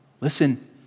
Listen